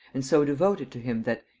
and so devoted to him that,